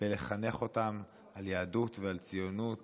ולחנך אותן ליהדות ולציונות